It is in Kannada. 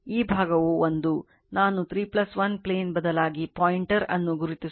ಈ ಭಾಗವು 1 ನಾನು 3 1 plane ಬದಲಾಗಿ ಪಾಯಿಂಟರ್ ಅನ್ನು ಗುರುತಿಸುತ್ತಿದ್ದೇನೆ